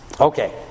Okay